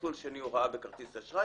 מסלול שני הוראה בכרטיס אשראי,